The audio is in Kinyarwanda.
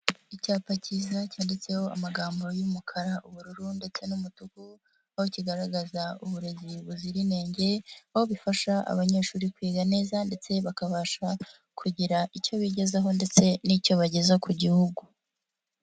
Icyapa kiza cyanditseho amagambo y'umukara ubururu ndetse n'umutuku, aho kigaragaza uburezi buzira inenge, aho bifasha abanyeshuri kwiga neza ndetse bakabasha kugira icyo bigezaho ndetse n'icyo bageza ku gihugu.